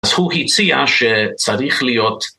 ‫אז הוא הציע שצריך להיות.